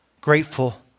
grateful